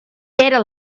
era